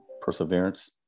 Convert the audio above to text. perseverance